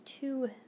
two